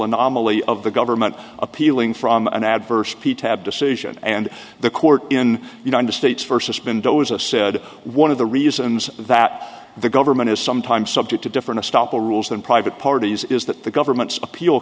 anomaly of the government appealing from an adverse p tab decision and the court in united states versus been dozer said one of the reasons that the government is sometimes subject to different to stoppel rules than private parties is that the government's appeal